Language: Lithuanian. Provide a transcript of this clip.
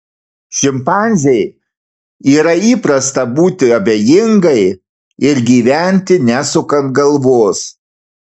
šimpanzei yra įprasta būti abejingai ir gyventi nesukant galvos